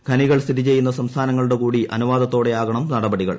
ഖനികൾ സ്ഥിതി ചെയ്യുന്ന സംസ്ഥാനങ്ങളുടെ കൂടി അനുവാദത്തോടെയാകണം നടപടികൾ